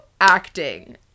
acting